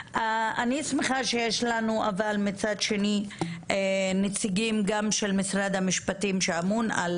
שמחה שיש לנו נציגים גם של משרד המשפטים שאמון על